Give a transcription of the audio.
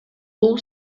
бул